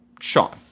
Sean